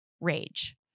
rage